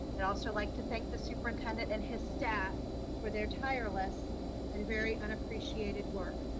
i'd also like to thank the superintendent and his staff for their tireless and very unappreciated work.